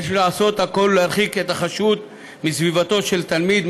כדי להרחיק את החשוד מסביבתו של התלמיד,